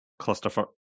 clusterfuck